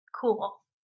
cool